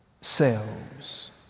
selves